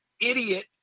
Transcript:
idiot